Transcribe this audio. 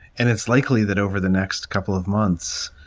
and it's likely that over the next couple of months,